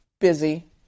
busy